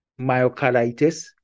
myocarditis